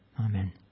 amen